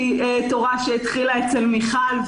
כי תורה שהתחילה אצל מיכל,